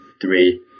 three